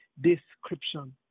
description